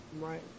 Right